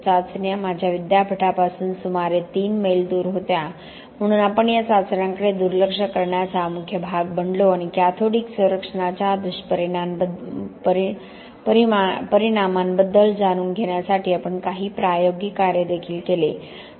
चाचण्या माझ्या विद्यापीठापासून सुमारे 3 मैल दूर होत्या म्हणून आपण या चाचण्यांकडे दुर्लक्ष करण्याचा मुख्य भाग बनलो आणि कॅथोडिक संरक्षणाच्या दुष्परिणामांबद्दल जाणून घेण्यासाठी आपण काही प्रायोगिक कार्य देखील केले